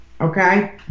Okay